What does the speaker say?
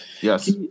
Yes